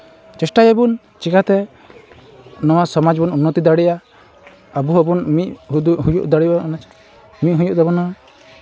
ᱪᱮᱥᱴᱟᱭᱟᱵᱚᱱ ᱪᱤᱠᱟᱹᱛᱮ ᱱᱚᱣᱟ ᱥᱚᱢᱟᱡᱽ ᱵᱚᱱ ᱩᱱᱱᱚᱛᱤ ᱫᱟᱲᱮᱭᱟᱜᱼᱟ ᱟᱵᱚ ᱦᱚᱸᱵᱚᱱ ᱢᱤᱫ ᱦᱩᱭᱩᱜ ᱫᱟᱲᱮᱭᱟᱜᱼᱟ ᱢᱤᱫ ᱦᱩᱭᱩᱜ ᱛᱟᱵᱳᱱᱟ